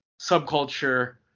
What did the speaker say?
subculture